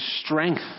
strength